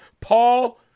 Paul